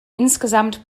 insgesamt